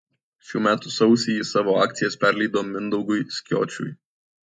šių metų sausį ji savo akcijas perleido mindaugui skiočiui